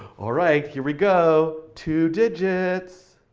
alright, here we go, two digits.